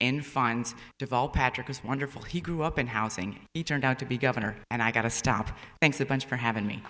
in fines deval patrick is wonderful he grew up in housing he turned out to be governor and i got to stop thanks a bunch for having me